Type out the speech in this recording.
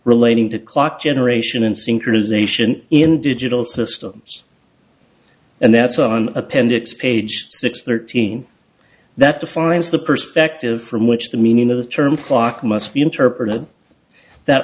relating to clock generation and synchronization in digital systems and that's on appendix page six thirteen that defines the perspective from which the meaning of the term clock must be interpreted that